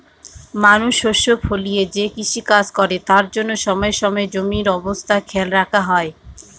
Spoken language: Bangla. মানুষ শস্য ফলিয়ে যে কৃষিকাজ করে তার জন্য সময়ে সময়ে জমির অবস্থা খেয়াল রাখা হয়